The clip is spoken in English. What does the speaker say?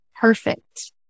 perfect